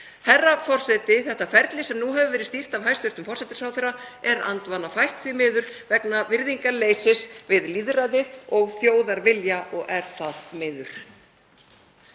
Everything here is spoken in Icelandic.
Herra forseti. Það ferli sem nú hefur verið stýrt af hæstv. forsætisráðherra er andvana fætt vegna virðingarleysis við lýðræðið og þjóðarvilja og er það miður.